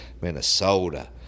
Minnesota